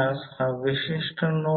आहेत